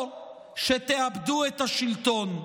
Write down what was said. או שתאבדו את השלטון.